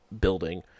building